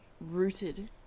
rooted